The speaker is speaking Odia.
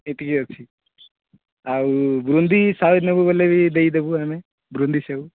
ଏତିକି ଅଛି ବୁନ୍ଦି ଶହେ ନେବବୋଲେ ଦେଇଦେବୁ ଆମେ ବୁନ୍ଦି ସେଓ